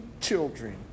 children